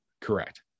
Correct